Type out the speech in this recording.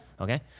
Okay